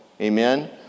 Amen